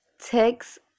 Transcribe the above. text